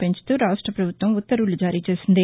పెంచుతూ రాష్ట్ర పభుత్వం ఉత్తర్వులు జారీ చేసింది